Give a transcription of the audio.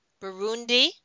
Burundi